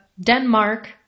Denmark